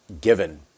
given